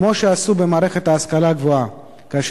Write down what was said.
כפי